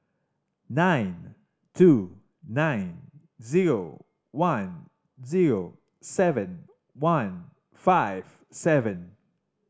nine two nine zero one zero seven one five seven